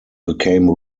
became